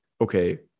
okay